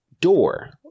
door